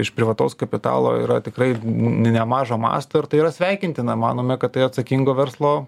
iš privataus kapitalo yra tikrai nemažo masto ir tai yra sveikintina manome kad tai atsakingo verslo